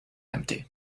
empty